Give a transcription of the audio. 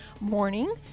morning